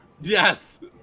Yes